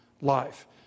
life